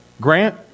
Grant